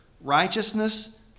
Righteousness